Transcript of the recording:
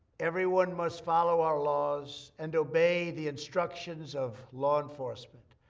everyone must follow our laws and obey the instructions of law enforcement.